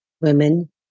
women